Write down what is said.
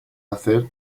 hacer